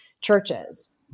churches